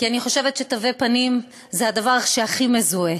כי אני חושבת שתווי פנים זה הדבר שהכי מזוהה.